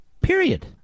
Period